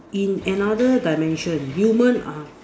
in another dimension human are